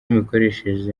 imikoreshereze